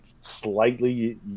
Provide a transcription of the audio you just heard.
slightly